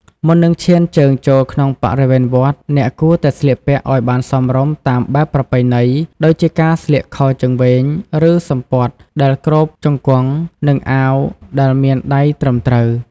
មុននឹងឈានជើងចូលក្នុងបរិវេណវត្ត អ្នកគួរតែស្លៀកពាក់ឱ្យបានសមរម្យតាមបែបប្រពៃណី ដូចជាការស្លៀកខោជើងវែង ឬសំពត់ដែលគ្របជង្គង់ និងអាវដែលមានដៃត្រឹមត្រូវ។